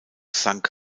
sank